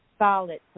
solid